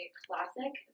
classic